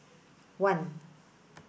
one